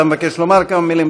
אתה מבקש לומר כמה מילים?